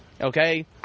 okay